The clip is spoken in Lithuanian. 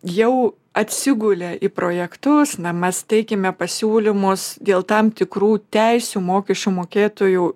jau atsigulė į projektus na mes teikiame pasiūlymus dėl tam tikrų teisių mokesčių mokėtojų